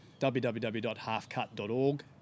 www.halfcut.org